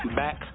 back